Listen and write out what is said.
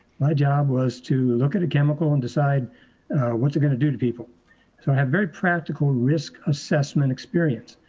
my job was to look at a chemical and decide what's it gonna do to people. so i have very practical risk assessment experience,